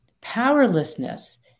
Powerlessness